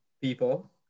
people